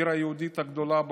העיר היהודית הגדולה בעולם,